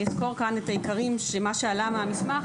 אני אציג כאן את הדברים העיקריים שעלו מהמסמך.